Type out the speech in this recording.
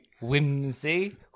Whimsy